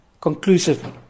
conclusive